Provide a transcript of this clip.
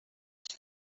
stop